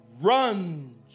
runs